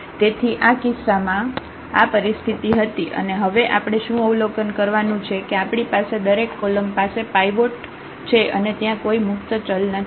તેથી આ કિસ્સામાં આ પરિસ્થિતિ હતી અને હવે આપણે શું અવલોકન કરવાનું છે કે આપણી પાસે દરેક કોલમ પાસે પાઇવોટ છે અને ત્યાં કોઈ મુક્ત ચલ નથી